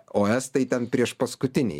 o estai tai ten priešpaskutiniai